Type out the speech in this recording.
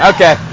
Okay